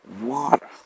water